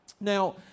Now